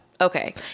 Okay